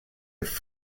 était